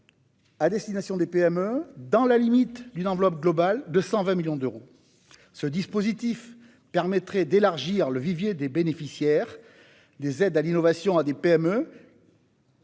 à destination des PME, dans la limite d'une enveloppe globale de 120 millions d'euros. Ce dispositif permettrait d'élargir le vivier des bénéficiaires des aides à l'innovation à des PME,